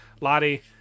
Lottie